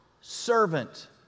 servant